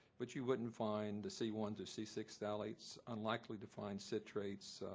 but you wouldn't find the c one to c six phthalates, unlikely to find citrates,